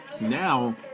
Now